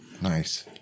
Nice